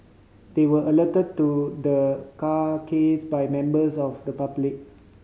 they were alerted to the carcase by members of the public